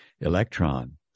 Electron